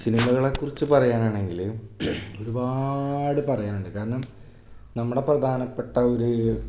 സിനിമകളെക്കുറിച്ച് പറയാനാണെങ്കിൽ ഒരുപാട് പറയാനുണ്ട് കാരണം നമ്മുടെ പ്രധാനപ്പെട്ട ഒരു